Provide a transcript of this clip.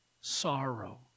sorrow